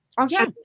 okay